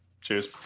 cheers